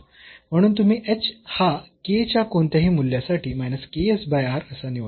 म्हणून तुम्ही h हा k च्या कोणत्याही मूल्यासाठी असा निवडला